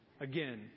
again